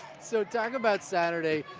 so talk about saturday.